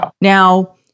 Now